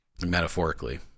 Metaphorically